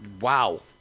wow